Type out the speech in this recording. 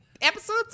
Episode